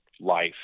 life